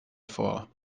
vor